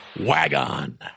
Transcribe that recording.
Wagon